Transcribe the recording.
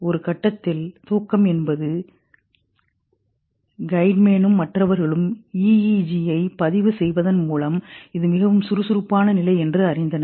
ஒரு கட்டத்தில் தூக்கம் என்பது கைட்மேனும் மற்றவர்களும் EEG ஐ பதிவு செய்வதன் மூலம் இது மிகவும் சுறுசுறுப்பான நிலை என்று அறிந்தனர்